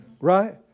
right